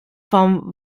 vom